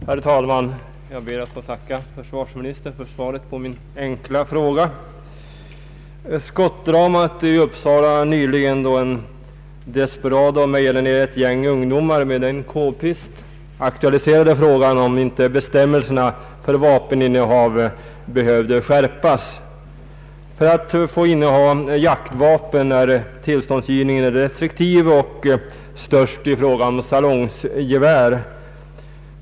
Herr talman! Jag ber att få tacka försvarsministern för svaret på min enkla fråga. Skottdramat i Uppsala nyligen då en desperado mejade ner ett gäng ungdomar med en k-pist aktualiserade frågan om inte bestämmelserna för vapeninnehav behöver skärpas. För att få inneha jaktvapen är tillståndsgivningen restriktiv och störst i fråga om salongsgevär.